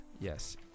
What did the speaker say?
Yes